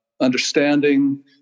understanding